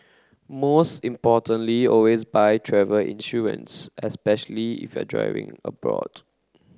most importantly always buy travel insurance especially if you're driving abroad